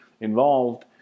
involved